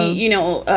you know,